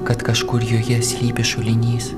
kad kažkur joje slypi šulinys